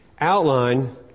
outline